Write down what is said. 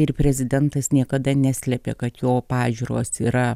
ir prezidentas niekada neslėpė kad jo pažiūros yra